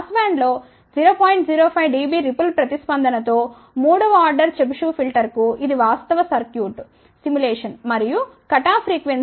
05 dB ripple ప్రతిస్పందన తో మూడవ ఆర్డర్ చెబిషెవ్ ఫిల్టర్కు ఇది వాస్తవ సర్క్యూట్ సిములేషన్ మరియు కటాఫ్ ఫ్రీక్వెన్సీ ఆఫ్ 1 GHz